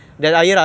oh